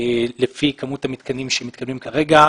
לפי כמות המתקנים שמתקדמים כרגע,